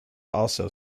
also